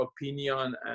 opinion